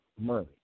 money